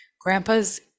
Grandpa's